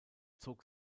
zog